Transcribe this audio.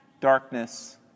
darkness